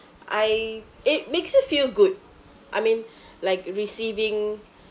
I it makes you feel good I mean like receiving